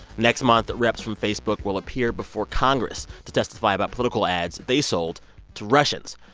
next month reps from facebook will appear before congress to testify about political ads they sold to russians.